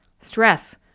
stress